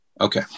Okay